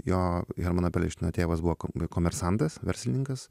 jo hermano perelšteino tėvas buvo komersantas verslininkas